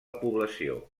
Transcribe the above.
població